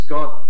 God